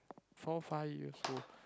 four five years old